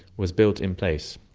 was built in place.